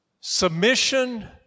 Submission